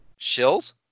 Shills